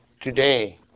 today